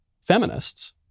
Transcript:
feminists